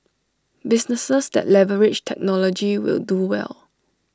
businesses that leverage technology will do well